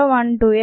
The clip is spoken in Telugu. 012x 0